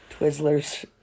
Twizzlers